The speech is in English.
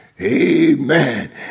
Amen